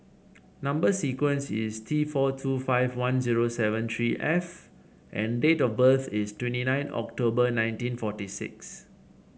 number sequence is T four two five one zero seven three F and date of birth is twenty nine October nineteen forty six